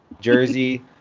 Jersey